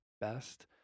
best